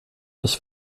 ich